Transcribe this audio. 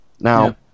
Now